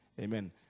Amen